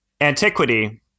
antiquity